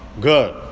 good